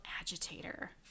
agitator